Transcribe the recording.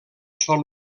sol